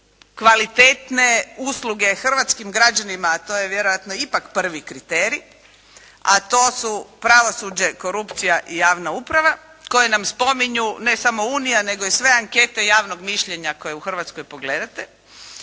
kvalitetne usluge hrvatskim građanima, a to je vjerojatno ipak prvi kriterij, a to su pravosuđe, korupcija i javna uprava koje nam spominju ne samo Unija nego i sve ankete javnog mišljenja koje u Hrvatskoj pogledate.